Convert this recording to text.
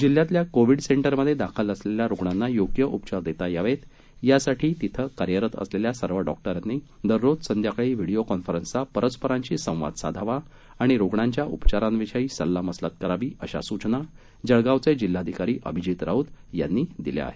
जिल्ह्यातल्या कोविड सेंटरमधे दाखल असलेल्या रुग्णांना योग्य उपचार देता यावेत यासाठी तिथे कार्यरत असलेल्या सर्व डॉक्टरांनी दररोज संध्याकाळी व्हिडिओ कॉन्फरन्सचा परस्परांशी संवाद साधावा आणि रुग्णांच्या उपचारांविषयी सल्लामसलत करावी अशा सूचना जळगावचे जिल्हाधिकारी अभिजीत राऊत यांनी दिल्या आहेत